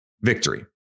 victory